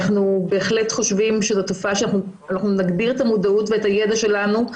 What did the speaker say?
אנחנו בהחלט חושבים שזו תופעה שאנחנו נגביר את המודעות ואת הידע שלנו.